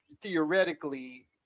theoretically